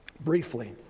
Briefly